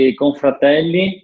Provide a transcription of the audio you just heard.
confratelli